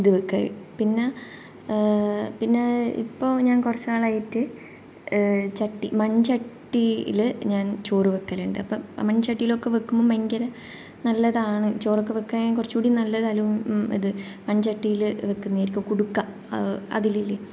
ഇത് വയ്ക്കുക പിന്നെ പിന്നെ ഇപ്പോൾ ഞാൻ കുറച്ച് നാളായിട്ട് ചട്ടി മൺചട്ടിയിൽ ഞാൻ ചോറ് വയ്ക്കലുണ്ട് അപ്പം മൺചട്ടിയിലൊക്കെ വയ്ക്കുമ്പോൾ ഭയങ്കര നല്ലതാണ് ചോറൊക്കെ വയ്ക്കാൻ കുറച്ചുകൂടി നല്ലത് അലൂ ഇത് മൺചട്ടിയിൽ വയ്ക്കുന്നതായിരിക്കും കുടുക്ക അതിൽ